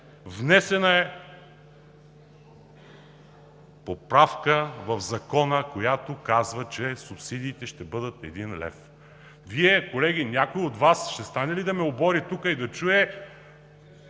внесена е поправка в Закона, която казва, че субсидиите ще бъдат един лев. Колеги, някой от Вас ще стане ли да ме обори тук и да чуя